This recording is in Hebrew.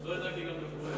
לא הדלקתי גם גפרורים.